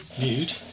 Nude